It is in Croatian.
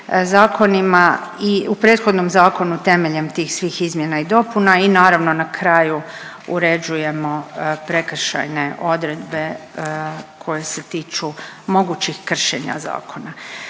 zakonima. I u prethodnom zakonu temeljem tih svih izmjena i dopuna i naravno na kraju uređujemo prekršajne odredbe koje se tiču mogućih kršenja zakona.